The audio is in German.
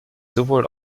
sowohl